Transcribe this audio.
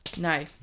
No